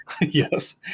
Yes